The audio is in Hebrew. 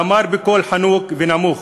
והוא אמר בקול חנוק ונמוך: